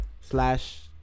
slash